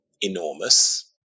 enormous